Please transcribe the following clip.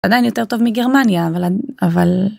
עדיין יותר טוב מגרמניה אבל.